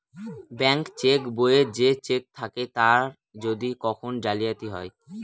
bank cheque বইয়ে যে cheque থাকে তার যদি কখন জালিয়াতি হয়